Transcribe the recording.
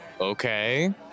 Okay